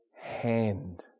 hand